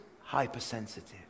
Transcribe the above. hypersensitive